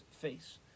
face